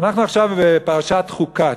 אנחנו עכשיו בפרשת חוקת.